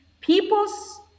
people's